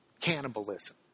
cannibalism